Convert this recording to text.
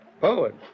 Poet